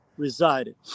resided